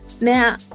Now